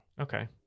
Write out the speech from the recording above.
Okay